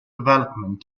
development